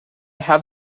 have